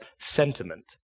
sentiment